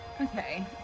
Okay